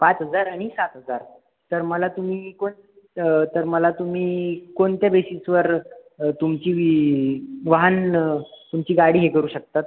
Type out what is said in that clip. पाच हजार आणि सात हजार सर मला तुम्ही कोण तर मला तुम्ही कोणत्या बेसिसवर तुमची वाहन तुमची गाडी हे करू शकतात